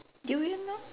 durian lor